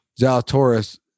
Zalatoris